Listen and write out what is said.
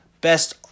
best